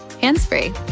hands-free